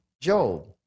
Job